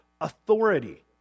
authority